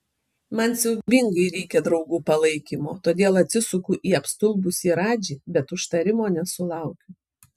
man siaubingai reikia draugų palaikymo todėl atsisuku į apstulbusį radžį bet užtarimo nesulaukiu